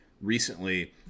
recently